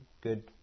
good